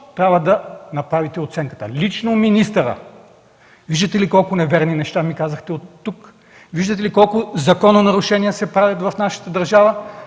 трябва да направите оценката. Лично министърът! Виждате ли колко неверни неща ми казахте оттук? Виждате ли колко закононарушения се правят в нашата държава?